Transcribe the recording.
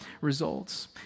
results